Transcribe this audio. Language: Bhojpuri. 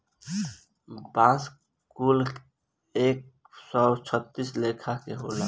बांस कुल एक सौ छत्तीस लेखा के होखेला